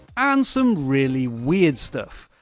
and some really weird stuff